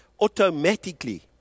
automatically